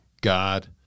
God